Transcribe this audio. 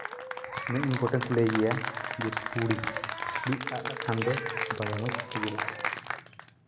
ᱟᱹᱰᱤ ᱤᱢᱯᱚᱨᱴᱮᱱᱴ ᱠᱚ ᱞᱟᱹᱭ ᱜᱮᱭᱟ ᱡᱮ ᱛᱩᱲᱤ ᱨᱤᱫ ᱟᱜ ᱠᱷᱟᱱ ᱫᱚ ᱫᱚᱢᱮ ᱢᱚᱡᱽ ᱥᱤᱵᱤᱞᱟ